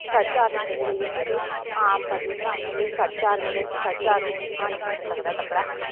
साड्डे चार मीटर तो लेइयै जियां कि आम पतली जननियां लेई साड्डे चार मीटर साड्डे चार तो नेईं ते पंज मीटर लगदा ऐ कपड़ा